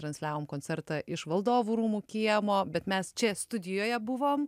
transliavom koncertą iš valdovų rūmų kiemo bet mes čia studijoje buvom